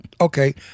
okay